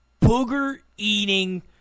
booger-eating